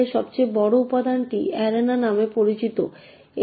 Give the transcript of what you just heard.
তাই সবচেয়ে বড় উপাদানটি অ্যারেনা নামে পরিচিত হয়